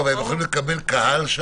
אבל הם יכולים לקבל שם קהל?